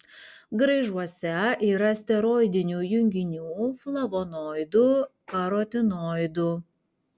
graižuose yra steroidinių junginių flavonoidų karotinoidų